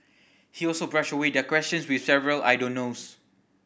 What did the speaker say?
he also brushed away their questions with several I don't knows